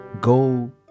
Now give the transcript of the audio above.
go